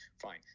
Fine